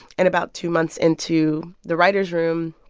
and about two months into the writers' room,